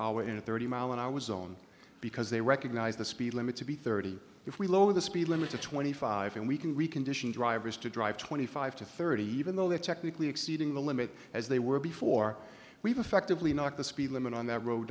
hour in a thirty mile when i was on because they recognize the speed limit to be thirty if we lower the speed limit to twenty five and we can recondition drivers to drive twenty five to thirty even though they're technically exceeding the limit as they were before we've effectively knocked the speed limit on that road